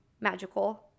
magical